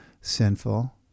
sinful